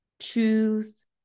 choose